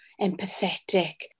empathetic